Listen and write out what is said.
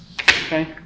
Okay